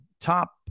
top